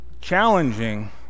challenging